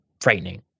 frightening